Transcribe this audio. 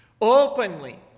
openly